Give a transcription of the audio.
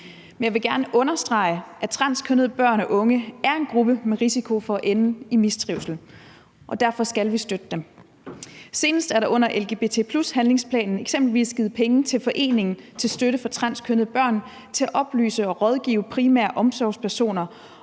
Men jeg vil gerne understrege, at transkønnede børn og unge er en gruppe med risiko for at ende i mistrivsel, og derfor skal vi støtte dem. Senest er der under lgbt+-handlingsplanen eksempelvis givet penge til Foreningen til Støtte til Transkønnede Børn til at oplyse og rådgive primære omsorgspersoner